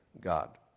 God